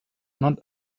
not